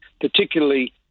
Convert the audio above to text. particularly